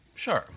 Sure